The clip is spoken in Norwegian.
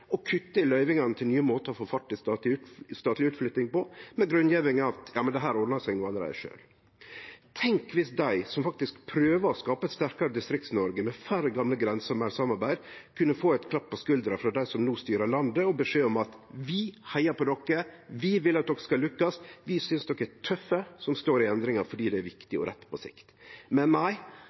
å kutte i løyvingane til nye måtar å få fart i statleg utflytting på, med grunngjevinga: Ja, men dette ordnar seg jo allereie sjølv. Tenk om dei som faktisk prøver å skape eit sterkare Distrikts-Noreg, med færre gamle grenser og meir samarbeid, kunne få ein klapp på skuldra frå dei som no styrer landet, og beskjed om at vi heiar på dykk, vi vil at de skal lykkast, vi synest de er tøffe som står i endringar, fordi det er viktig og rett på sikt. Men